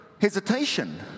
hesitation